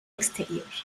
exterior